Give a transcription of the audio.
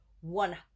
one